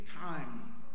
time